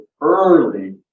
early